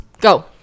Go